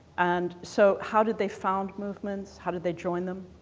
and so, how did they found movements? how did they join them?